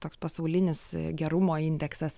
toks pasaulinis gerumo indeksas